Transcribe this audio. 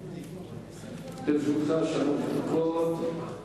לרשותך שלוש דקות.